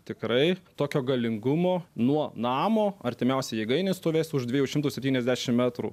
tikrai tokio galingumo nuo namo artimiausia jėgainė stovės už dviejų šimtų septyniasdešim metrų